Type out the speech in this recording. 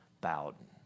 Bowden